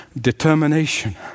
determination